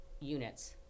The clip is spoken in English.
units